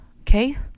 okay